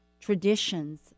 traditions